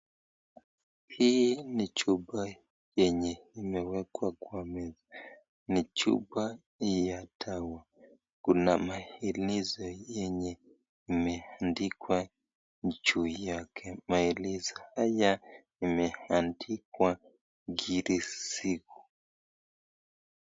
Hii ni chupa yenye imewekwa kwa meza, ni chupa hii ya dawa, kuna maelezo yenye imeandikwa juu yake, maelezo haya imeandikwa ngiri sugu.